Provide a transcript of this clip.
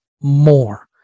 more